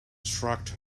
shrugged